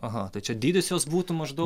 aha tai čia dydis jos būtų maždau